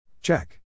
Check